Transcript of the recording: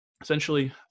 essentially